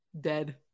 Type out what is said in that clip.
dead